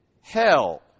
hell